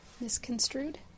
Misconstrued